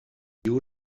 due